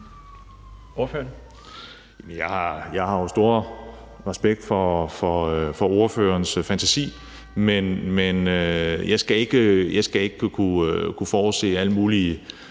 Roug (S): Jeg har jo stor respekt for ordførerens fantasi, men jeg skal ikke kunne forudse alle mulige